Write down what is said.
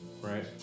right